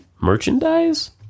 merchandise